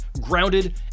Grounded